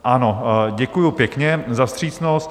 Ano, děkuji pěkně za vstřícnost.